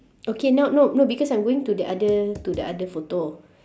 okay now no no because I'm going to the other to the other photo